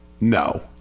No